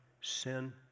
sin